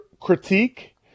critique